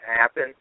happen